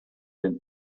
den